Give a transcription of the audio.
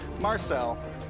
Marcel